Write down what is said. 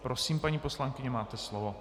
Prosím, paní poslankyně, máte slovo.